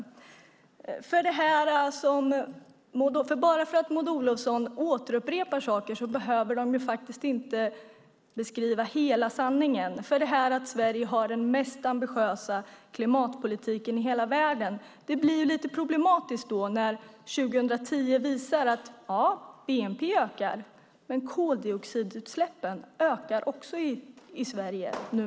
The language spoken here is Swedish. Bara för att Maud Olofsson återupprepar saker behöver de faktiskt inte beskriva hela sanningen. Att hon säger att Sverige har den mest ambitiösa klimatpolitiken i hela världen blir lite problematiskt när det 2010 visade sig att bnp ökade men att också koldioxidutsläppen numera ökar i Sverige.